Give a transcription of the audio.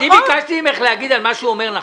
אני ביקשתי ממך להגיד "נכון" על מה שהוא אומר?